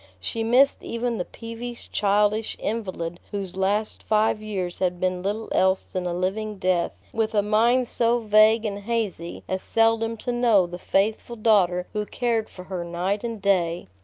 she missed even the peevish, childish invalid whose last five years had been little else than a living death, with a mind so vague and hazy as seldom to know the faithful daughter who cared for her night and day.